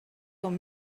com